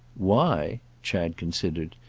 why? chad considered,